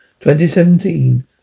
2017